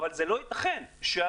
אני מניח שתכף נשמע את זה.